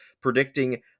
Predicting